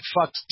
fucked